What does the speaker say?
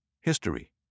history